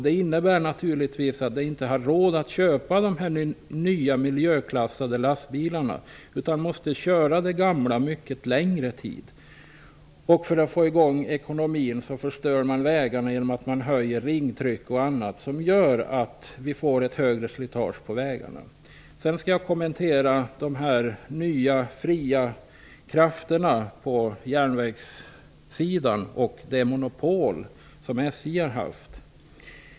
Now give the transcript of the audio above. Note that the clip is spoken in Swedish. Det innebär naturligtvis att de inte har råd att köpa nya miljöklassade lastbilar utan måste köra de gamla mycket längre tid. För att få i gång ekonomin förstör man vägarna bl.a. genom att höja ringtrycket, vilket leder till ett högre slitage på vägarna. Låt mig också kommentera de nya aktörerna på järnvägssidan och det monopol som SJ har haft.